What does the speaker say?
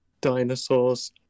dinosaurs